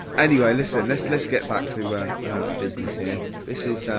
anyway, listen, let's let's get back to, ah, ah business ah this is,